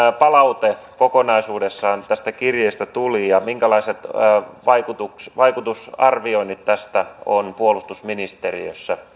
palaute kokonaisuudessaan tästä kirjeestä tuli ja minkälaiset vaikutusarvioinnit tästä on puolustusministeriössä